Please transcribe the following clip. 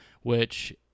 which-